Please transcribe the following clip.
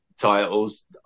titles